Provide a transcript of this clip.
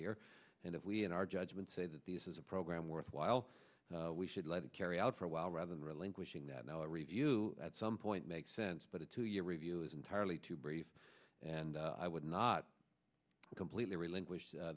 here and if we in our judgment say that this is a program worthwhile we should let it carry out for a while rather than relinquishing that now a review at some point makes sense but a two year review is entirely too brief and i would not completely relinquish